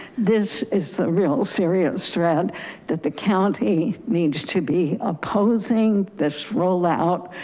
this is the real serious thread that the county needs to be opposing this roll out,